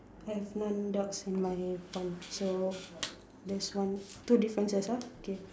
have none ducks in my pond so there's one two differences ah okay